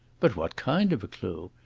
but what kind of a clue?